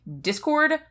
Discord